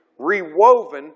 rewoven